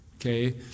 Okay